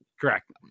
correct